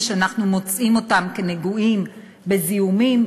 שאנחנו מוצאים אותם נגועים בזיהומים,